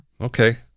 Okay